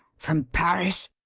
from paris?